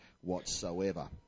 whatsoever